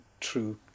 true